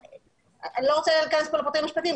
אני לא רוצה להכנס לפרטים משפטיים,